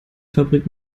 fabrik